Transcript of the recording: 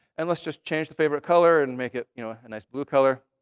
and let's just change the favorite color and make it you know a nice blue color.